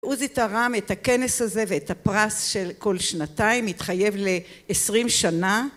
עוזי תרם את הכנס הזה ואת הפרס של כל שנתיים, התחייב ל-20 שנה